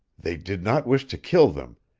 they did not wish to kill them,